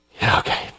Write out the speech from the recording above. Okay